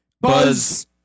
Buzz